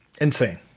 insane